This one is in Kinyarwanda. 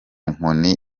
nkoni